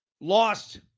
lost